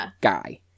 guy